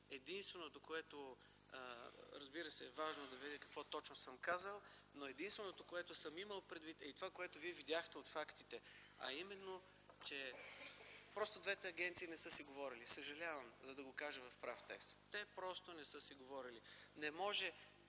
м. февруари т.г., разбира се, е важно да видя какво точно съм казал, но единственото, което съм имал предвид и това, което Вие видяхте от фактите, е именно – просто двете агенции не са си говорили. Съжалявам да го кажа в прав текст. Те просто не са си говорили. Не може